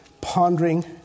pondering